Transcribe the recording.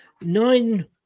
nine